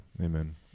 Amen